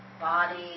body